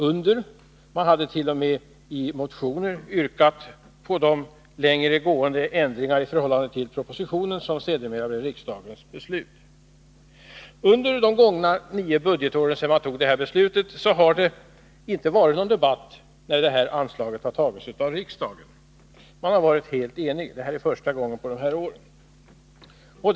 Moderaterna hade t.o.m. i motioner yrkat på de längre gående ändringar i förhållande till propositionen som sedermera blev riksdagens beslut. Under de gångna nio budgetåren sedan man fattade detta beslut har det inte varit någon debatt när detta anslag har godkänts av riksdagen. Vi har varit helt eniga. Det är nu första gången på de här åren som vi har en debatt i frågan.